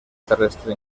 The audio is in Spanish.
terrestre